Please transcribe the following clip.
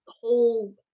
whole